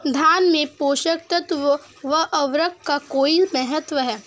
धान में पोषक तत्वों व उर्वरक का कोई महत्व है?